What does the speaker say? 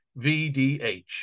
VDH